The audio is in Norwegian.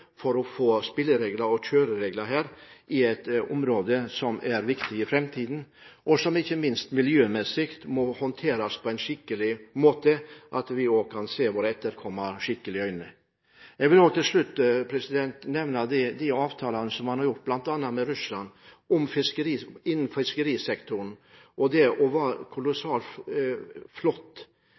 for å få spilleregler og kjøreregler i et område som er viktig i framtiden, og som miljømessig må håndteres på en skikkelig måte, slik at vi skal kunne se våre etterkommere i øynene. Til slutt vil jeg nevne at de avtalene som er blitt gjort innen fiskerisektoren, bl.a. med Russland, har hatt kolossalt stor betydning for hele ressursbasen og